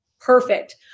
perfect